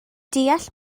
deall